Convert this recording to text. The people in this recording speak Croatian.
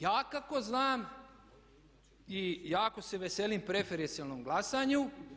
Ja kako znam i jako se veselim preferencijalnom glasanju.